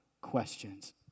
questions